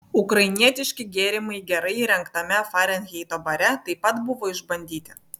ukrainietiški gėrimai gerai įrengtame farenheito bare taip pat buvo išbandyti